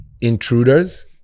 intruders